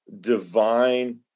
divine